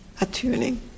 attuning